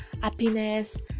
happiness